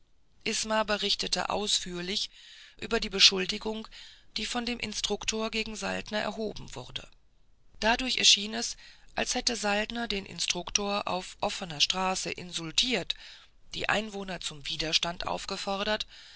isma berichtete ausführlicher über die beschuldigung die von dem instruktor gegen saltner erhoben wurde danach erschien es als hätte saltner den instruktor auf offner straße insultiert die einwohner zum widerstand aufgefordert